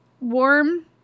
warm